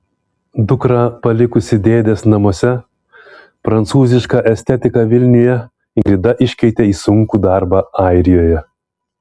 dukrą palikusi dėdės namuose prancūzišką estetiką vilniuje ingrida iškeitė į sunkų darbą airijoje